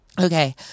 Okay